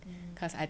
mmhmm